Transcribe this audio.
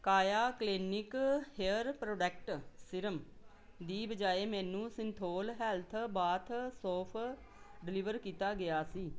ਕਾਇਆ clinic hair product serum ਦੀ ਬਜਾਏ ਮੈਨੂੰ Cinthol health bath soap deliver ਕੀਤਾ ਗਿਆ ਸੀ